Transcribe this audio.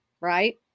Right